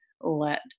let